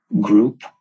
group